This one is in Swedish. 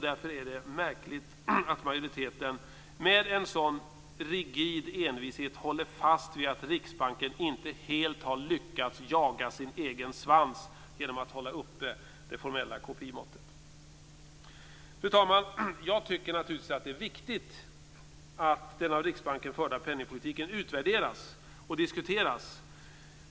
Därför är det märkligt att majoriteten med en sådan rigid envishet håller fast vid att Riksbanken inte helt har lyckats jaga sin egen svans genom att hålla uppe det formella KPI-måttet. Fru talman! Jag tycker naturligtvis att det är viktigt att den av Riksbanken förda penningpolitiken utvärderas och diskuteras.